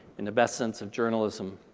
in the best sense of journalism,